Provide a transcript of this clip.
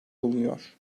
bulunuyor